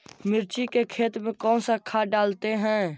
मिर्ची के खेत में कौन सा खाद डालते हैं?